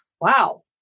wow